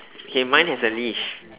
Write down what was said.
okay mine has a leash